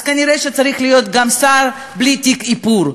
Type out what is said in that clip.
אז כנראה צריך להיות גם שר בלי תיק איפור.